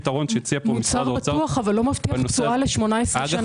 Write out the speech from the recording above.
מוצר בטוח אבל לא מבטיח תשואה ל-18 שנה.